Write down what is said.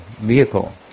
vehicle